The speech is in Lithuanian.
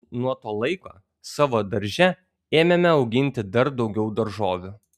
nuo to laiko savo darže ėmėme auginti dar daugiau daržovių